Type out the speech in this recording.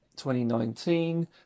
2019